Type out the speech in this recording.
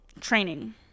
training